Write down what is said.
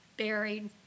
buried